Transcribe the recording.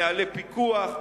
נוהלי פיקוח,